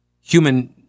human